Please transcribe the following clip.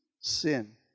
sin